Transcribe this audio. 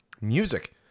Music